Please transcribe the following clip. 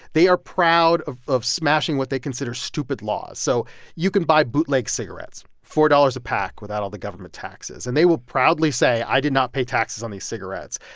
they are proud of of smashing what they consider stupid laws. so you can buy bootleg cigarettes, four dollars a pack, without all the government taxes. and they will proudly say, i did not pay taxes on these cigarettes.